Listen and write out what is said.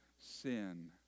sin